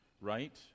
right